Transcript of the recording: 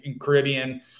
Caribbean